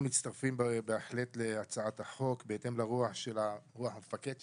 אנחנו מצטרפים בהחלט להצעת החוק בהתאם לרוח המפקד שלנו,